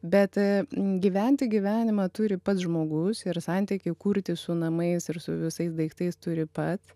bet gyventi gyvenimą turi pats žmogus ir santykį kurti su namais ir su visais daiktais turi pats